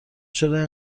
چرا